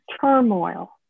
turmoil